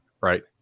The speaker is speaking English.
Right